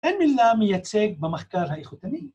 ‫אין מילה מייצג במחקר האיכותני.